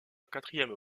quatrième